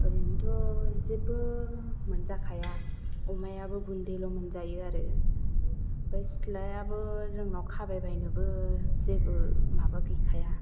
ओरैनोथ' जेबो मोनजाखाया अमायाबो गुन्दैल' मोनजायो आरो ओमफ्राय सिथ्लायाबो जोंनाव खाबाय बायनोबो जेबो माबा गैखाया